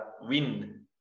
win